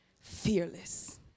fearless